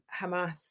Hamas